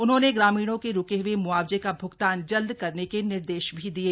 उन्होंने ग्रामीणों के रुके हए म्आवजे का भुगतान जल्द करने के निर्देश भी दिये